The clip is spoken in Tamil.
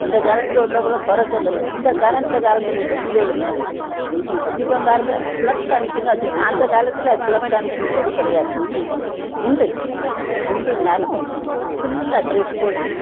இந்த காலத்தில் உள்ளவுகளை கொறை சொல்லலை இந்த காலம் இந்த காலத்தில் உள்ள பிள்ளைகளுக்கு இப்போ பாருங்க கிளப் டான்ஸ்னு வச்சுருக்கான் அந்த காலத்தில் கிளப் டான்சங்கிறது கிடையாது உண்டு உண்டுனாலும் ஃபுல்லா ட்ரெஸ் போட்டு